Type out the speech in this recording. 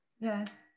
yes